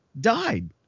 died